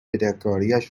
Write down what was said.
بدهکاریش